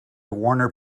warner